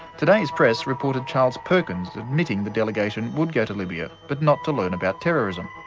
today's press reported charles perkins admitting the delegation would go to libya, but not to learn about terrorism.